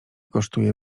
kosztuje